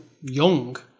young